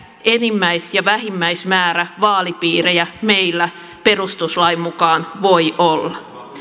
enimmäis ja vähimmäismäärä vaalipiirejä meillä perustuslain mukaan voi olla